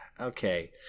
Okay